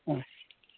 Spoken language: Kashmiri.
اچھ